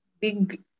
big